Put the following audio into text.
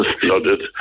flooded